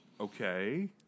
Okay